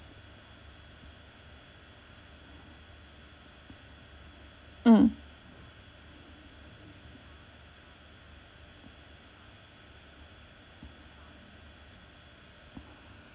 mm